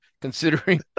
considering